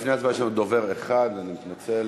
לפני ההצבעה יש לנו דובר אחד, אני מתנצל.